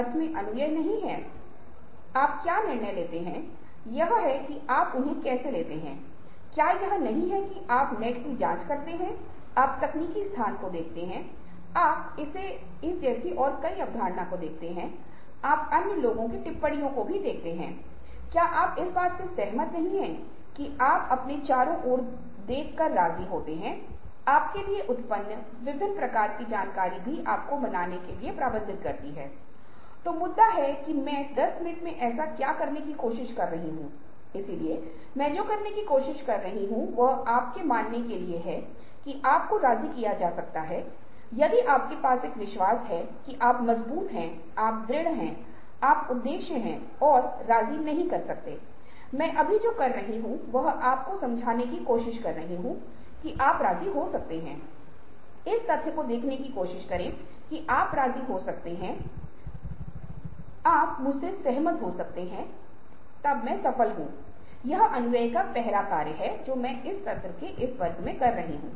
और यह आपके सामाजिक कौशल या दूसरों के साथ संबंध बनाने की क्षमता को भी दर्शाता है और साथ ही जब आपकी भावना पैदा होती है तो कुछ रचनात्मक असंतोष होता है क्योंकि असंतोष कारणों और कुछ मूल्यों के साथ जाएगा जो दूसरों के लिए चिंता दिखाएगा आपके पास एक व्यापक दृष्टिकोण होगा और आपके पास कुछ अंतर्ज्ञान होंगे और जो होने जा रहा है आप उसके बारे में भी अनुमान लगा सकते हैं और साथ ही आप अपनी अधिकांश व्यक्तिगत शक्ति के चेहरे में रुचि नहीं रखते हैं